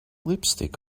lipstick